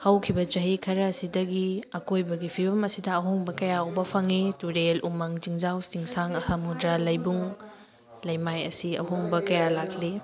ꯍꯧꯈꯤꯕ ꯆꯍꯤ ꯈꯔ ꯑꯁꯤꯗꯒꯤ ꯑꯀꯣꯏꯕꯒꯤ ꯐꯤꯕꯝ ꯑꯁꯤꯗ ꯑꯍꯣꯡꯕ ꯀꯌꯥ ꯎꯕ ꯐꯪꯉꯤ ꯇꯨꯔꯦꯜ ꯎꯃꯪ ꯆꯤꯡꯖꯥꯎ ꯆꯤꯡꯁꯥꯡ ꯁꯃꯨꯗ꯭ꯔ ꯂꯩꯕꯨꯡ ꯂꯩꯃꯥꯏ ꯑꯁꯤ ꯑꯍꯣꯡꯕ ꯀꯌꯥ ꯂꯥꯛꯂꯤ